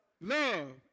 love